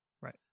Right